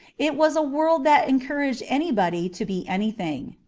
it was a world that encouraged anybody to be anything.